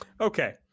okay